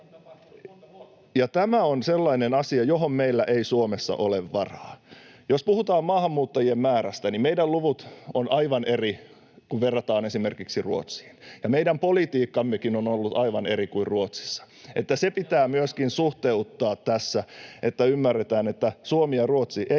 Tämä on sellainen asia, johon meillä ei Suomessa ole varaa. Jos puhutaan maahanmuuttajien määrästä, meidän luvut ovat aivan erilaiset, kun verrataan esimerkiksi Ruotsiin, ja meidän politiikkammekin on ollut aivan eri kuin Ruotsissa. Se pitää myöskin suhteuttaa tässä, että ymmärretään, että Suomi ja Ruotsi eivät ole